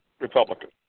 Republican